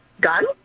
gun